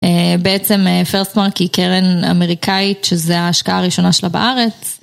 בעצם פרסמרק היא קרן אמריקאית, שזה ההשקעה הראשונה שלה בארץ.